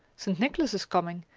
st. nicholas is coming,